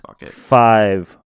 five